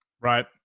Right